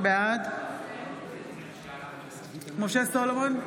בעד משה סולומון,